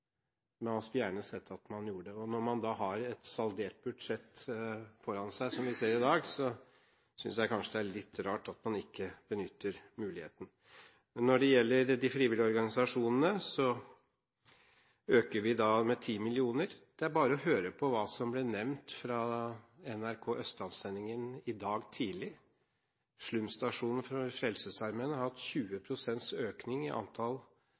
men han skulle gjerne sett at man gjorde noe. Når man da har et saldert budsjett foran seg som det vi ser i dag, synes jeg det kanskje er litt rart at man ikke benytter muligheten. Når det gjelder de frivillige organisasjonene, øker vi med 10 mill. kr. Det er bare å høre på hva som ble nevnt på NRK Østlandssendingen i dag tidlig: Slumstasjonen til Frelsesarmeen har hatt 20 pst. økning i antall